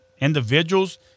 Individuals